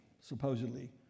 supposedly